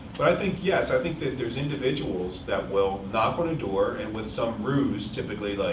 but i think, yes, i think that there's individuals that will knock on a door, and with some ruse typically, like